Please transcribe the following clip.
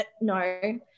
no